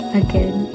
again